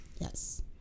yes